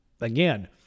again